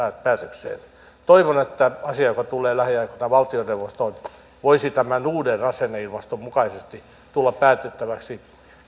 päätökseen toivon että asia joka tulee lähiaikoina valtioneuvostoon voisi tämän uuden asenneilmaston mukaisesti tulla päätettäväksi